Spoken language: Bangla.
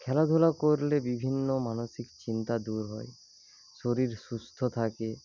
খেলাধুলা করলে বিভন্ন মানসিক চিন্তা দূর হয় শরীর সুস্থ থাকে